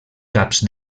caps